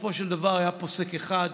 בסופו של דבר היה פוסק אחד,